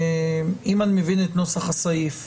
אם אני מבין את נוסח הסעיף,